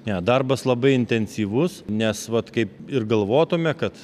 ne darbas labai intensyvus nes vat kaip ir galvotume kad